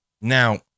Now